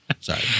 sorry